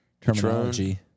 terminology